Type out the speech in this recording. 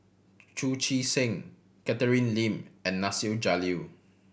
Chu Chee Seng Catherine Lim and Nasir Jalil